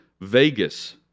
Vegas